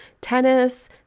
tennis